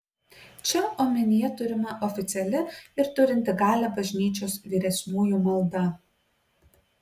čia omenyje turima oficiali ir turinti galią bažnyčios vyresniųjų malda